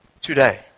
today